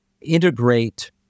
integrate